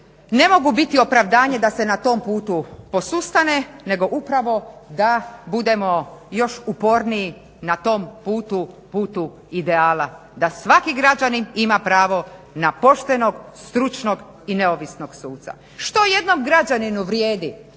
ne mogu biti opravdanje da se na tom putu posustane, nego upravo da budemo još uporniji na tom putu, putu ideala, da svaki građanin ima pravo na poštenog, stručnog i neovisnog suca. Što jednom građaninu vrijedi